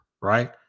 right